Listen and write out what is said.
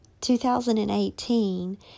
2018